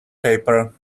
paper